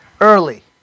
Early